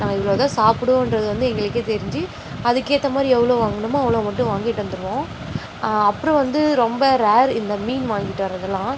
நாங்கள் இவ்வளோ தான் சாப்பிடுவோன்றது வந்து எங்களுக்கே தெரிஞ்சு அதுக்கேற்ற மாதிரி எவ்வளோ வாங்கணுமோ அவ்வளோ மட்டும் வாங்கிவிட்டு வந்துடுவோம் அப்புறோம் வந்து ரொம்ப ரேர் இந்த மீன் வாங்கிட்டு வரதெல்லாம்